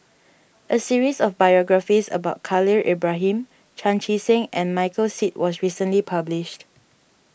a series of biographies about Khalil Ibrahim Chan Chee Seng and Michael Seet was recently published